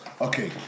Okay